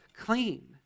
clean